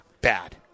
bad